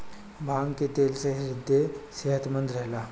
भांग के तेल से ह्रदय सेहतमंद रहेला